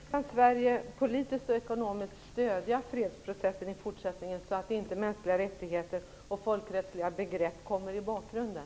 Fru talman! Hur kan Sverige politiskt och ekonomiskt stödja fredsprocessen i fortsättningen, så att inte mänskliga rättigheter och folkrättsliga begrepp kommer i bakgrunden?